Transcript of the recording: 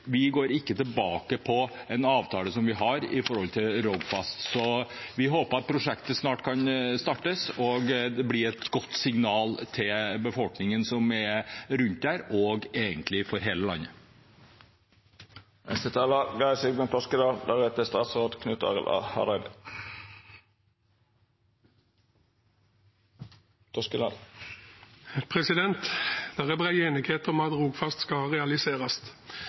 vi går ikke tilbake på en avtale som vi har når det gjelder Rogfast. Så vi håper at prosjektet snart kan startes. Det blir et godt signal til befolkningen der, og egentlig for hele landet. Det er bred enighet om at Rogfast skal realiseres. Derfor kan hensikten i dette forslaget være god, men det er